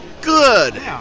good